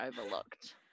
overlooked